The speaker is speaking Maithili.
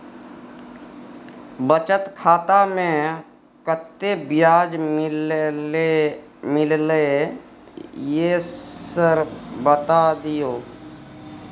बचत खाता में कत्ते ब्याज मिलले ये सर बता दियो?